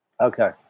Okay